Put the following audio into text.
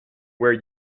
where